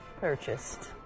purchased